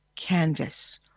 canvas